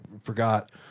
forgot